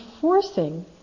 forcing